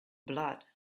blood